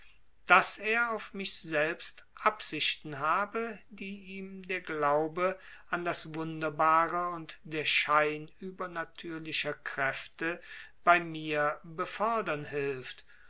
daß er auf mich selbst absichten habe die ihm der glaube an das wunderbare und der schein übernatürlicher kräfte bei mir befördern hilft